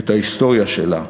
את ההיסטוריה שלה.